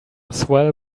swell